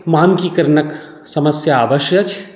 मानकीकरणक समस्या अवश्य अछि